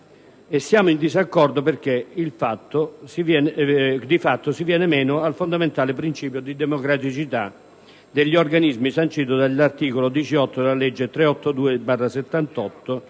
Siamo in disaccordo perché di fatto si viene meno al fondamentale principio di democraticità degli organismi, sancito dall'articolo 18 della legge n.